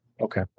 Okay